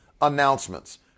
announcements